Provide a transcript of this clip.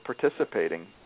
participating